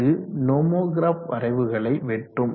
அது நோமோகிராப் வரவுகளை வெட்டும்